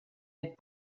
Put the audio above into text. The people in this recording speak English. had